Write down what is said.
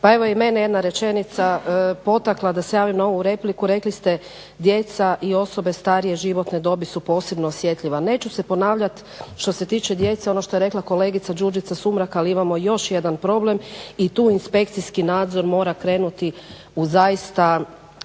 pa evo i mene je jedna rečenica potakla da se javim na ovu repliku, rekli ste djeca i osobe starije životne dobi su posebno osjetljiva. Neću se ponavljati što se tiče djece, ono što je rekla kolegice Đurđica Sumrak, ali imamo još jedan problem i tu inspekcijski nadzor mora krenuti u zaista